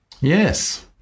Yes